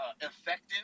effective